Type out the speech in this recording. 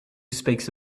speaks